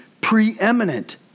preeminent